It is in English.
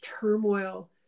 turmoil